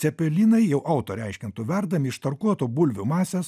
cepelinai jau autorė aiškintų verdami iš tarkuotų bulvių masės